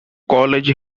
college